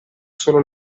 solo